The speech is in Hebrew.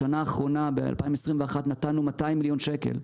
בשנה האחרונה, ב-2021, נתנו 200 מיליון שקל.